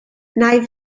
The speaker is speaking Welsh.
nai